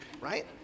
right